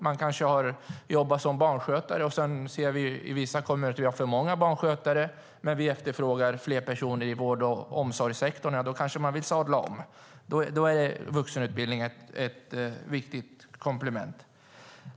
Man kanske har jobbat som barnskötare, men sedan finns det för många barnskötare i vissa kommuner samtidigt som det efterfrågas fler personer i vård och omsorgssektorn, och då kanske man vill sadla om. Då är vuxenutbildning ett viktigt komplement.